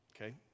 Okay